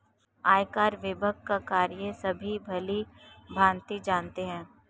आयकर विभाग का कार्य सभी भली भांति जानते हैं